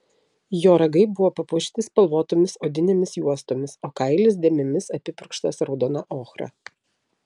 jo ragai buvo papuošti spalvotomis odinėmis juostomis o kailis dėmėmis apipurkštas raudona ochra